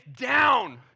down